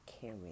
carry